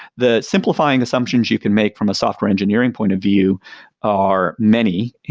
the simplifying assumptions you can make from a software engineering point of view are many,